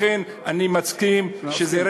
לכן, אני מסכים שזה,